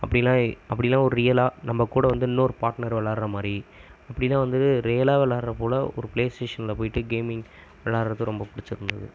அப்படின்னா அப்படிலாம் ஒரு ரியலாக நம்பக்கூட வந்து இன்னொரு பாட்னர் விளாடுகிற மாதிரி அப்படில்லாம் வந்து ரியலாக விளாடுறப் போல ஒரு பிளேஸ் ஸ்டேஷனில் போயிட்டு கேமிங் விளாடுகிறது ரொம்ப பிடிச்சிருந்தது